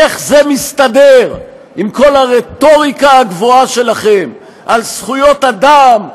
איך זה מסתדר עם כל הרטוריקה הגבוהה שלכם על זכויות אדם,